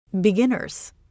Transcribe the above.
beginners